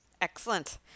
Excellent